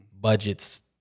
budgets